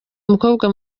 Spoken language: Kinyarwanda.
umukobwa